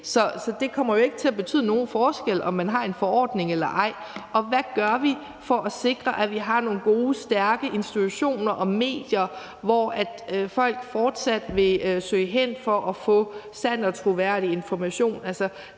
Så det kommer ikke til at gøre nogen forskel, om man har en forordning eller ej. Og hvad gør vi for at sikre, at vi har nogle gode, stærke institutioner og medier, hvor folk fortsat vil søge hen for at få sand og troværdig information?